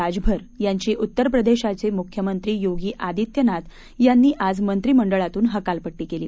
राजभर यांची उत्तर प्रदेशाचे मुख्यमंत्री योगी आदित्यनाथ यांनी आज मंत्रीमंडळातून हकालपट्टी केली